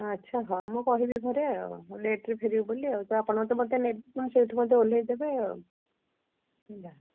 ଆଛା ହଁ ମୁଁ କହିବି ଘରେ ଆଉ ଲେଟରେ ଫେରିବୁ ବୋଲି ଆଉ ତ ଆପଣ ତ ମୋତେ ନେବେ ପୁଣି ସେଇଠି ମୋତେ ଓହ୍ଲାଇ ଦେବେ ଆଉ ହେଲା